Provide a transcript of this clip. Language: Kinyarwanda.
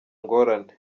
ngorane